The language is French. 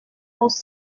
nos